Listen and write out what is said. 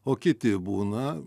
o kiti būna